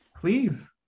Please